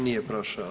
Nije prošao.